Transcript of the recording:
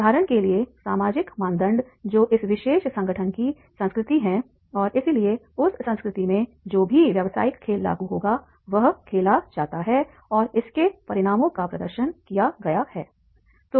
उदाहरण के लिए सामाजिक मानदंड जो इस विशेष संगठन की संस्कृति है और इसलिए उस संस्कृति में जो भी व्यवसायिक खेल लागू होगा वह खेला जाता है और इसके परिणामों का प्रदर्शन किया गया है